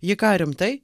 ji ką rimtai